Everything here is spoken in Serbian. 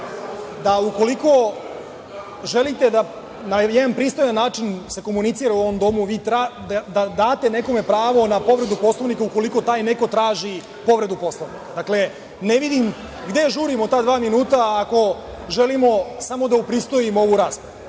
da ukoliko želite da se na jedan pristojan način komunicira u ovom Domu, treba da date nekome pravo na povredu Poslovnika, ukoliko taj neko traži povredu Poslovnika. Ne vidim gde žurimo ta dva minuta, ako želimo samo da upristojimo ovu raspravu? Mislim